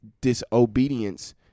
disobedience